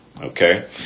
Okay